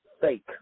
fake